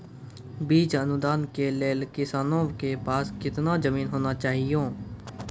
बीज अनुदान के लेल किसानों के पास केतना जमीन होना चहियों?